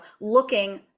looking